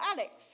Alex